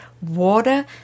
water